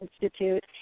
Institute